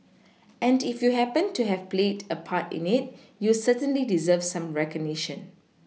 and if you happened to have played a part in it you certainly deserve some recognition